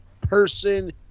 person